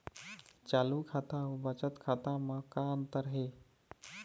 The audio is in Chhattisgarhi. चालू खाता अउ बचत खाता म का अंतर हे?